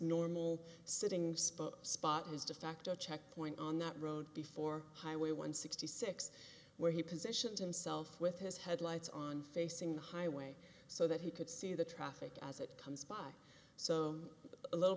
normal sitting spot spot is de facto checkpoint on that road before highway one sixty six where he positioned himself with his headlights on facing the highway so that he could see the traffic as it comes by so a little